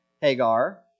Hagar